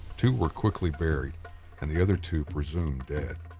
two were quickly buried and the other two presumed dead.